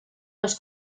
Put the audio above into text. los